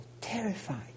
Terrified